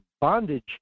bondage